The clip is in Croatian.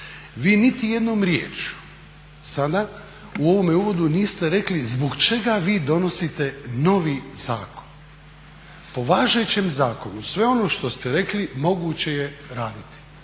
Vi niti jednom riječju sada u ovome uvodu niste rekli zbog čega vi donosite novi zakon. Po važećem zakonu sve ono što ste rekli moguće je raditi.